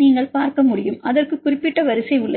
நீங்கள் பார்க்க முடியும் அதற்கு குறிப்பிட்ட வரிசை உள்ளது